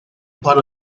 part